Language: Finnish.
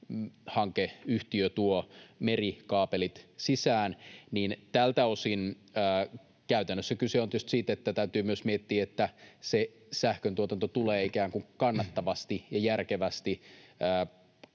hankeyhtiö tuo merikaapelit sisään — niin tältä osin käytännössä kyse on tietysti siitä, että täytyy myös miettiä, että se sähköntuotanto tulee ikään kuin kannattavasti ja järkevästi.